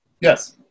Yes